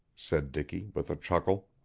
said dicky with a chuckle.